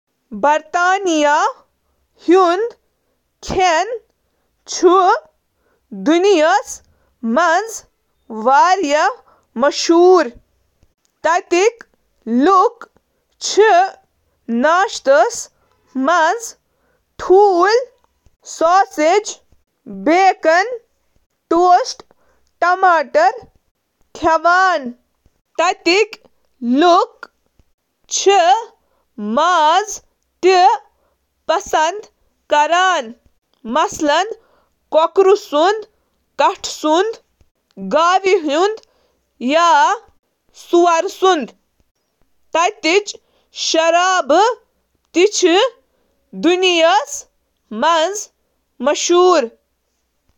رٮ۪وٲیتی برطانوی سِنٮ۪ن منٛز چھِ پوٗرٕ ناشتہٕ، روسٹ ڈِنَر، گاڈٕ تہٕ چِپس، سوراخَس منٛز تُلۍ تہٕ چرواہے سُنٛد پائی شٲمِل۔ رٮ۪وٲیتی مٹھایَن منٛز چھِ ٹرائیفل، سکونز، ایپل پائی، چپچپا ٹوفی پڈنگ تہٕ وکٹوریہ سپنج کیک شٲمِل۔